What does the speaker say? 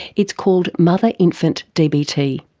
it's called mother infant dbt.